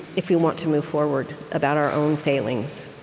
if we want to move forward, about our own failings.